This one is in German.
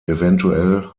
evtl